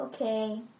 Okay